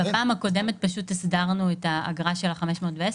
בפעם הקודמת פשוט הסדרנו את האגרה של ה-510